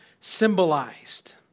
symbolized